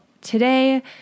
today